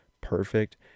perfect